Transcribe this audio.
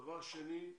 דבר שני,